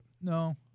No